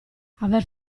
aver